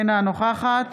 אינה נוכחת